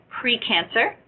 pre-cancer